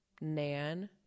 Nan